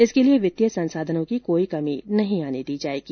इसके लिए वित्तीय संसाधनों की कोई कमी नहीं आने दी जायेगी